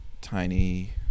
tiny